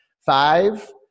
five